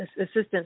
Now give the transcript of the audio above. assistance